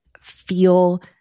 feel